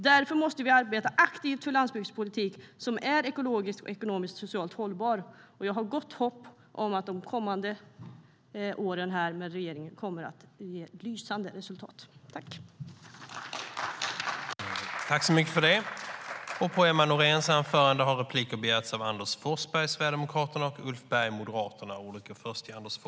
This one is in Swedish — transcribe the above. Därför måste vi arbeta aktivt för landsbygdspolitik som är ekologiskt, ekonomiskt och socialt hållbar, och jag har gott hopp om att de kommande åren med den här regeringen kommer att ge lysande resultat.I detta anförande instämde Stina Bergström .